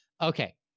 Okay